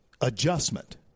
adjustment